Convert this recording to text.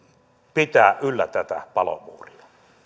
pitää yllä tätä palomuuria